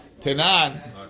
Tenan